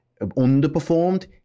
underperformed